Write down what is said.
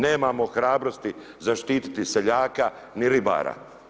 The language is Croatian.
Nemamo hrabrosti zaštiti seljaka ni ribara.